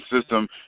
System